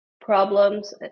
problems